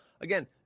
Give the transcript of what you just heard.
Again